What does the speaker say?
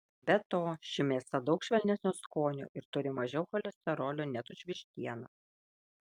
be to ši mėsa daug švelnesnio skonio ir turi mažiau cholesterolio net už vištieną